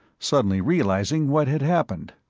suddenly realizing what had happened.